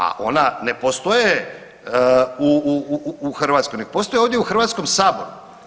A ona ne postoje u Hrvatskoj, nek postoje ovdje u Hrvatskom saboru.